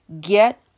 Get